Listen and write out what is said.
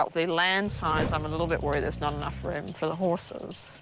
but the land size, i'm a little bit worried there's not enough room for the horses.